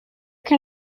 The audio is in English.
can